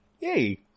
Yay